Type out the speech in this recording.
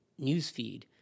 newsfeed